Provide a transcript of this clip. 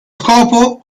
scopo